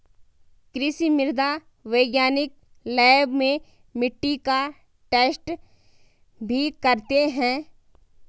कृषि मृदा वैज्ञानिक लैब में मिट्टी का टैस्ट भी करते हैं